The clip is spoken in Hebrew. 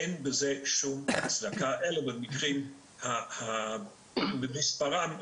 אין בזה שום הצדקה אלא במקרים המצומצמים במספרם.